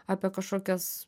apie kažkokias